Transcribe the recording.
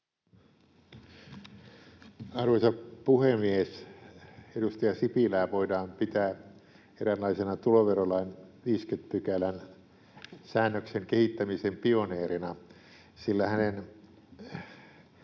Arvoisa puhemies! Edustaja Sipilää voidaan pitää eräänlaisena tuloverolain 50 §:n säännöksen kehittämisen pioneerina, sillä hänen